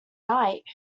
night